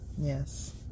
Yes